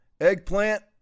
Eggplant